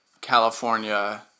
California